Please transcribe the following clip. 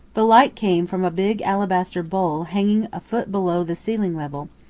the light came from a big alabaster bowl hanging a foot below the ceiling level,